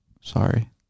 sorry